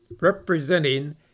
representing